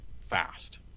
fast